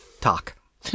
talk